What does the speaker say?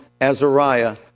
Azariah